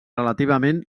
relativament